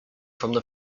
from